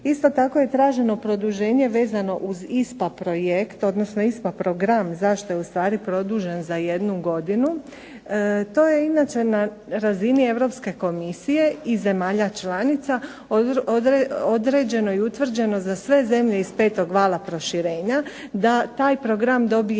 Isto tako je traženo produženje vezano uz ISPA projekt, odnosno ISPA program zašto je u stvari produžen za jednu godinu. To je inače na razini Europske komisije i zemalja članica određeno i utvrđeno za sve zemlje iz petog vala proširenja da taj program dobije